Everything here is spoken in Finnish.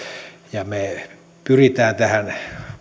me pyrimme tähän